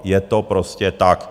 Je to prostě tak.